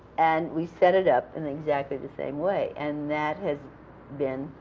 and we set it up in exactly the same way. and that has been,